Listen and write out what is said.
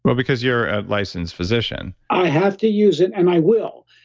but because you're a licensed physician i have to use it and i will.